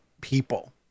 people